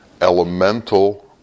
elemental